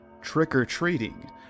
trick-or-treating